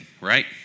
right